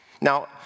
Now